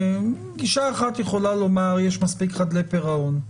גישה אחת יכולה לומר שיש מספיק חדלי פירעון,